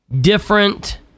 different